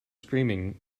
screaming